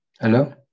Hello